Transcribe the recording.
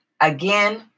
Again